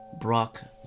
Brock